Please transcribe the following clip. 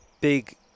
big